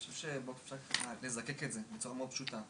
אני חושב שאפשר לזקק את זה בצורה פשוטה.